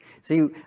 See